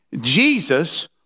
Jesus